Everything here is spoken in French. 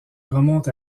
remonte